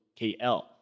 KL